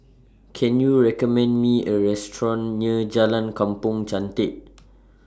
Can YOU recommend Me A Restaurant near Jalan Kampong Chantek